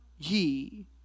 ye